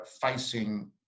facing